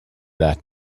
that